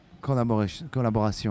collaboration